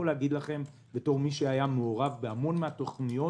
בתור מי שהיה מעורב בהמון תכניות